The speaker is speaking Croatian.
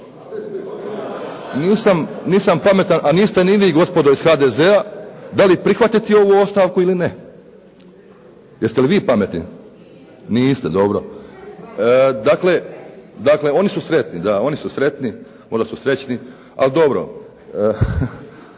nisam pametan, a niste ni vi gospodo iz HDZ-a da li prihvatiti ovu ostavku ili ne? Jeste li vi pametni? Niste. Dobro. Dakle, oni su sretni, odnosno srećni. Ali dobro.